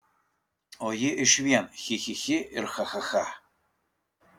o ji iš vien chi chi chi ir cha cha cha